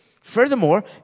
Furthermore